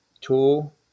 tool